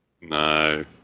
No